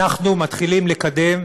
אנחנו מתחילים לקדם,